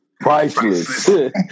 priceless